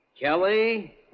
Kelly